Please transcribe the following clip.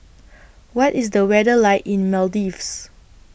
What IS The weather like in Maldives